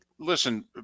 Listen